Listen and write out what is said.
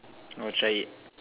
oh try it